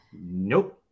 Nope